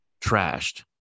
trashed